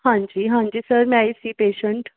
ਹਾਂਜੀ ਹਾਂਜੀ ਸਰ ਮੈਂ ਇਸੀ ਪੇਸ਼ਂਟ